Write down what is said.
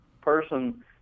person